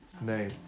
name